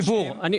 ודיסקונט.